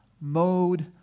mode